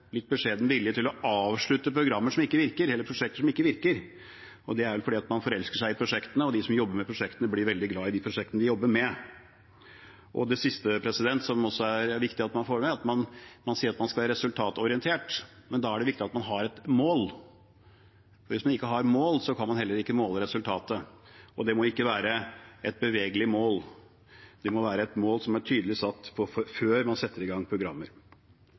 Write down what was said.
beskjeden vilje til å avslutte programmer eller prosjekter som ikke virker. Det er vel fordi man forelsker seg i prosjektene, at de som jobber med prosjektene, blir veldig glad i de prosjektene de jobber med. Det siste som det også er viktig at man får med, er at man sier at man skal være resultatorientert, men da er det viktig at man har et mål, for hvis man ikke har et mål, kan man heller ikke måle resultatet. Det må ikke være et bevegelig mål, det må være et mål som er tydelig satt, før man setter i gang programmer.